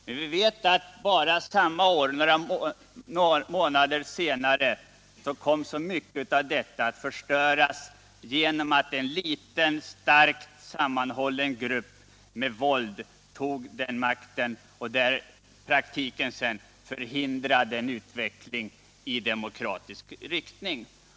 Men vi vet att redan samma år, några månader senare, kom så mycket av detta att förstöras genom att en liten men starkt sammanhållen grupp med våld tog makten och i praktiker förhindrade en utveckling i demokratisk riktning.